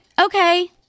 okay